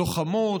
לוחמות,